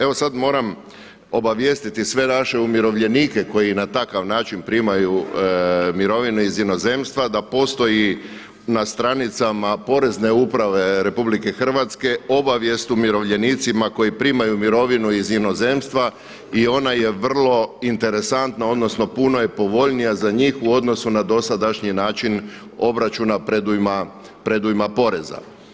Evo sada moram obavijestiti sve naše umirovljenike koji na takav način primaju mirovine iz inozemstva da postoji na strancima Porezne uprave RH obavijest umirovljenicima koji primaju mirovinu iz inozemstva i ona je vrlo interesantna odnosno puno je povoljnija za njih u odnosu na dosadašnji način obračuna predujma poreza.